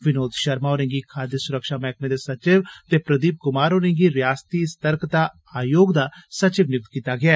विनोद शर्मा होरें गी खादय सुरक्षा मैह्कमें दे सचिव ते प्रदीप कुमार होरें गी रियासती सर्तकर्ता आयोग दा सचिव नियुक्त कीता गेआ